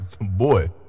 Boy